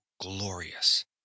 glorious